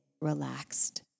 relaxed